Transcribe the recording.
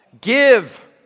give